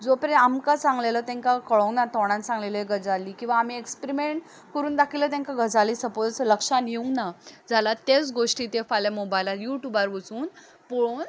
जो परे आमकां सांगलेलो तांकां कळोंक ना तोंडांत सांगलेल्यो गजाली किंवां आमी एक्सपरीमेंट करून दाखयल्यो तांकां गजाली सपोज लक्षांन येवंक ना जाल्यार त्योच गोश्टी त्यो फाल्यां मोबायलार यू ट्युबार वचून पळोवन